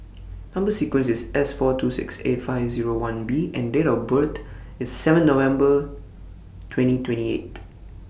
Number sequence IS S four two six eight five Zero one B and Date of birth IS seven November twenty twenty eight